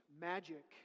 magic